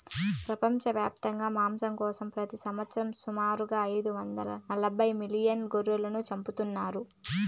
ప్రపంచవ్యాప్తంగా మాంసం కోసం ప్రతి సంవత్సరం సుమారు ఐదు వందల నలబై మిలియన్ల గొర్రెలను చంపుతున్నారు